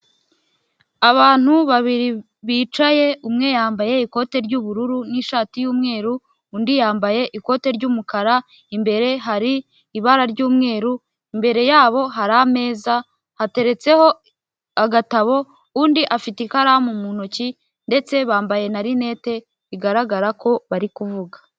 Abantu babiri bicaye, umwe yambaye ikote ry'ubururu n'ishati y'umweru, undi yambaye ikote ry'umukara, imbere hari ibara ry'umweru, imbere yabo hari ameza hateretseho agatabo, undi afite ikaramu mu ntoki ndetse bambaye na rinete bigaragara ko bari kuvuga.